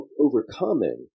overcoming